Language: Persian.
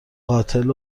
قاتل